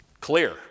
Clear